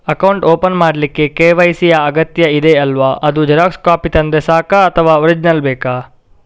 Account open ಮಾಡ್ಲಿಕ್ಕೆ KYC ಯಾ ಅಗತ್ಯ ಇದೆ ಅಲ್ವ ಅದು ಜೆರಾಕ್ಸ್ ಕಾಪಿ ತಂದ್ರೆ ಸಾಕ ಅಥವಾ ಒರಿಜಿನಲ್ ಬೇಕಾ?